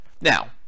Now